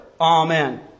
Amen